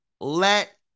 let